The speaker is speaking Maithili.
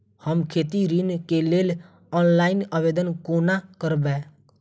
हम खेती ऋण केँ लेल ऑनलाइन आवेदन कोना करबै?